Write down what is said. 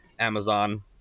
Amazon